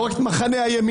לא רק את מחנה הימין.